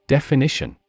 Definition